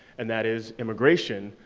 and that is immigration,